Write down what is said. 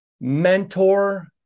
mentor